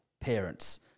parents